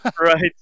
Right